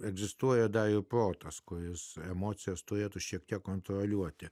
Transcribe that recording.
egzistuoja davė po tos kojos emocijos turėtų šiek tiek kontroliuoti